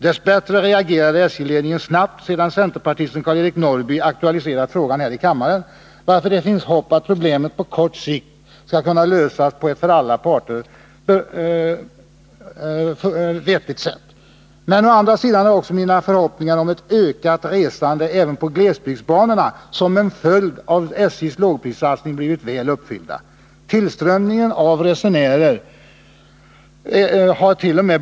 Dess bättre reagerade SJ ledningen snabbt sedan centerpartisten Karl-Eric Norrby aktualiserat frågan här i kammaren, varför det finns hopp att problemet — på kort sikt — skall kunna lösas på ett för alla parter vettigt sätt. Men å andra sidan har också mina förhoppningar om ett ökat resande även på glesbygdsbanorna som en följd av SJ:s lågprissatsning blivit väl uppfyllda. Tillströmningen av resenärer hart.o.m.